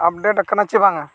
ᱟᱠᱟᱱᱟ ᱪᱮ ᱵᱟᱝᱟ